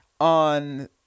on